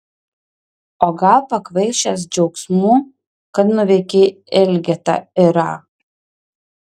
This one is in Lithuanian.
o gal pakvaišęs džiaugsmu kad nuveikei elgetą irą